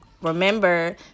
remember